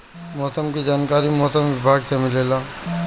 मौसम के जानकारी मौसम विभाग से मिलेला?